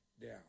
down